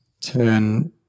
turn